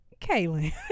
Kaylin